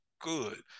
good